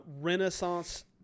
Renaissance